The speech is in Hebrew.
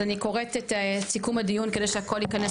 אז אני קוראת את סיכום הדיון כדי שהכל ייכנס